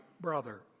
brother